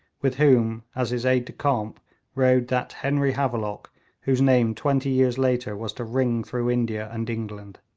with whom as his aide-de-camp rode that henry havelock whose name twenty years later was to ring through india and england.